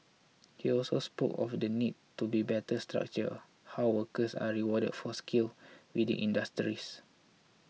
he also spoke of the need to be better structure how workers are rewarded for skills within industries